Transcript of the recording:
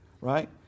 right